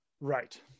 right